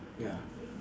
ya